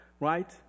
right